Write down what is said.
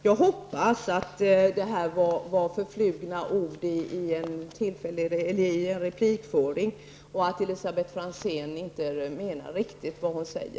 Jag hoppas att det var förflugna ord i en replikföring och att Elisabet Franzén inte menade riktigt vad hon sade.